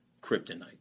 Kryptonite